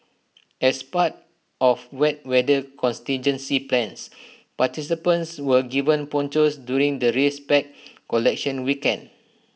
as part of wet weather contingency plans participants were given ponchos during the race pack collection weekend